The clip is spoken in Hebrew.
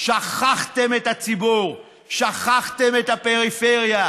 שכחתם את הציבור, שכחתם את הפריפריה,